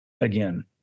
again